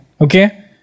Okay